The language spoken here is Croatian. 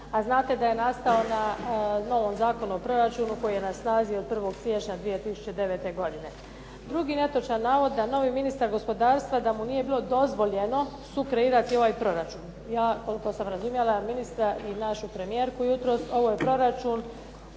A znate da je nastao na novom Zakonu o proračunu koji je na snazi od 1. siječnja 2009. godine. Drugi netočan navod da novi ministar gospodarstva da mu nije bilo dozvoljeno sukreirati ovaj proračun. Ja koliko sam razumjela ministra i našu premijerku jutros, ovo je proračun